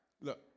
look